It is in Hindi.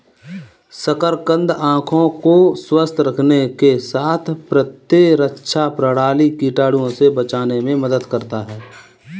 शकरकंद आंखों को स्वस्थ रखने के साथ प्रतिरक्षा प्रणाली, कीटाणुओं से बचाने में मदद करता है